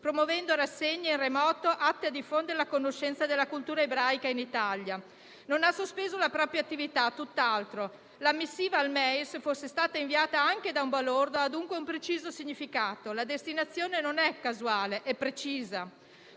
promuovendo rassegne in remoto atte a diffondere la conoscenza della cultura ebraica in Italia. Non ha sospeso la propria attività, tutt'altro. La missiva al MEIS, fosse stata inviata anche da un balordo, ha dunque un preciso significato; la destinazione è non casuale, ma precisa,